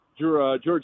George